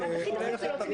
שיוסיפו לי את הזמן.